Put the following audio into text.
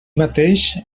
mateix